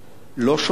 לא שומעים,